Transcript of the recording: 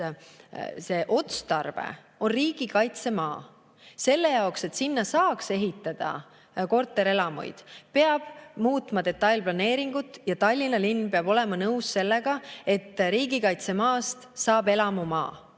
otstarve on riigikaitsemaa. Selle jaoks, et sinna saaks ehitada korterelamuid, peab muutma detailplaneeringut ja Tallinna linn peab olema nõus sellega, et riigikaitsemaast saab elamumaa.